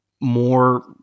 more